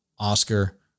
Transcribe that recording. Oscar